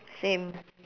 same